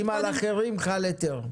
אני בכלל מעדיף שהכול נתפר מראש וכמה שפחות